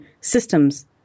systems